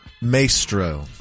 Maestro